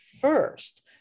first